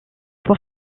pour